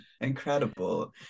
incredible